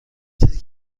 چیزی